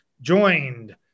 joined